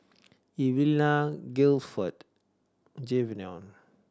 Evelena Gilford Jayvon